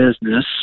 business